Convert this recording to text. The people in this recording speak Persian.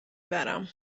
برم